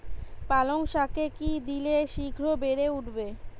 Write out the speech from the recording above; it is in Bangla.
পালং শাকে কি দিলে শিঘ্র বেড়ে উঠবে?